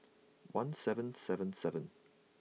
one seven seven seven